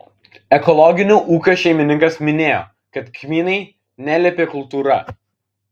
ekologinio ūkio šeimininkas minėjo kad kmynai nelepi kultūra